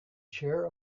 chair